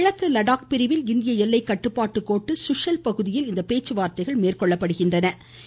கிழக்கு லடாக் பிரிவில் இந்திய எல்லைக்கட்டுப்பாட்டுக் கோட்டு சுஷல் பகுதியில் இந்த பேச்சுவார்த்தைகள் மேற்கொள்ளப்படுகின்றன